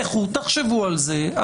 תחשבו על זה,